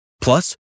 Plus